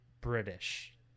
British